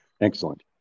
excellent